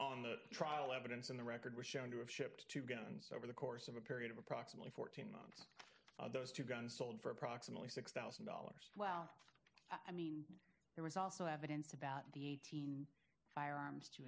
on the trial evidence in the record was shown to have shipped two guns over the course of a period of approximately four of those two guns sold for approximately six dollars well i mean there was also evidence about the eighteen firearms to